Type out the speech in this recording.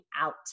out